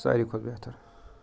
ساروٕے کھۄتہٕ بہتر